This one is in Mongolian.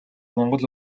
монгол